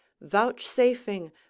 vouchsafing